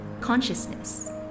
Consciousness